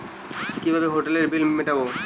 কিভাবে হোটেলের বিল মিটাব?